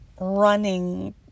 running